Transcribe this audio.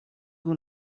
who